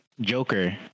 Joker